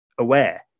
aware